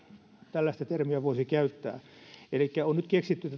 tällaista termiä voisi käyttää elikkä on nyt keksitty